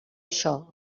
això